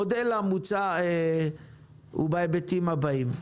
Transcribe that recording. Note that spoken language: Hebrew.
המודל המוצע הוא בהיבטים הבאים.